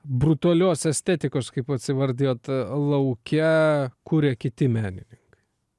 brutalios estetikos kaip pats įvardijot lauke kuria kiti menininkai